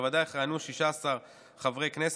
בוועדה יכהנו 16 חברי כנסת,